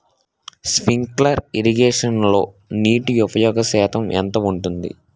Sprinkler ఇరగేషన్లో నీటి ఉపయోగ శాతం ఎంత ఉంటుంది?